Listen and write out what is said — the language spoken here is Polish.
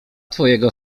twojego